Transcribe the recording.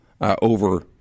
over